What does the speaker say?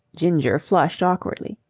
ginger flushed awkwardly.